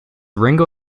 ringo